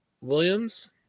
Williams